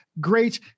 Great